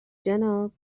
جناب